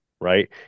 Right